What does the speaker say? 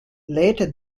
later